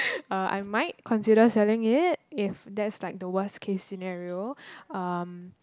uh I might consider selling it if like that's the worst case scenario um